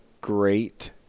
great